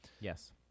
Yes